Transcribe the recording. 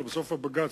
אלא בסוף הבג"ץ,